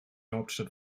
hauptstadt